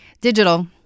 Digital